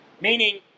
Meaning